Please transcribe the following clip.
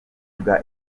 bwa